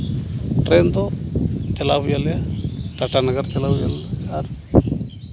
train ᱫᱚ ᱪᱟᱞᱟᱣ ᱦᱩᱭ ᱟᱞᱮᱭᱟ ᱴᱟᱴᱟ ᱱᱟᱜᱟᱨ ᱪᱟᱞᱟᱣ ᱦᱩᱭ ᱟᱞᱮᱭᱟ ᱟᱨ